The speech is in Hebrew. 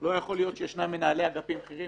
לא יכול להיות שישנם מנהלי אגפים בכירים